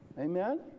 Amen